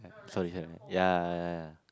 sorry sorry ya